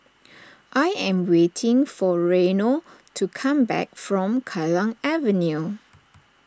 I am waiting for Reino to come back from Kallang Avenue